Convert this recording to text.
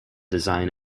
design